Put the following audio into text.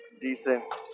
decent